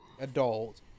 adult